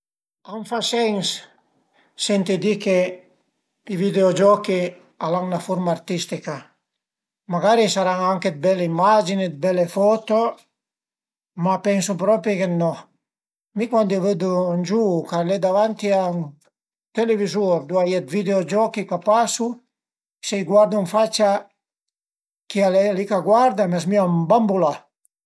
A m'fa sens senti di che i videogiochi al a 'na furma artistica, magari a i saran anche dë bele imagini, bele foto, ma pensu propi che no. Mi cuandi vëddu ün giuvu ch'al e davanti a ün televizur ëndua a ie dë videogiochi ch'a pasu, se guardu ën facia chi al e li ch'a guarda a m'zmìa imbambulà